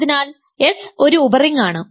അതിനാൽ എസ് ഒരു ഉപറിംഗ് ആണ്